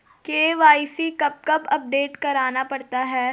KYC कब कब update करवाना पड़ता है?